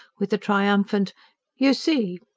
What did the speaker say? with a triumphant you see!